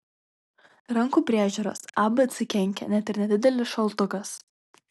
rankų priežiūros abc kenkia net ir nedidelis šaltukas